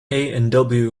and